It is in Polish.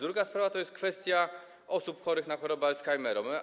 Druga sprawa to jest kwestia osób chorych na chorobę Alzheimera.